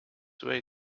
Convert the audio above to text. way